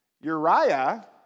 Uriah